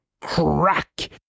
crack